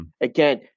Again